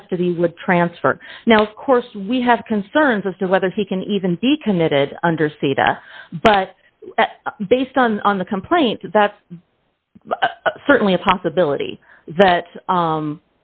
custody would transfer now of course we have concerns as to whether he can even be committed under sita but based on on the complaint that's certainly a possibility that